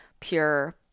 pure